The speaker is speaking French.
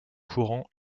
courant